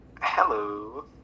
Hello